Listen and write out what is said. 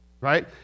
Right